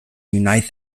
unite